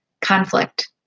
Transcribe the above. conflict